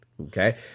okay